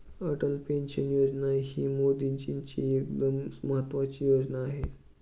Atal pension Yojana ही मोदीजींची एकदम महत्त्वाची योजना आहे